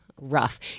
rough